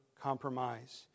compromise